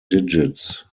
digits